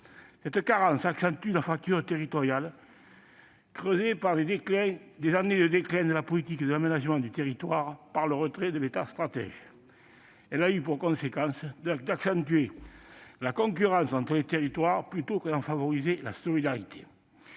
Cette carence accentue la fracture territoriale, creusée par des années de déclin de la politique de l'aménagement du territoire, par le retrait de l'État stratège. Elle a eu pour conséquence d'accentuer la concurrence entre les territoires, plutôt que de favoriser leur solidarité.